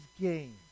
gain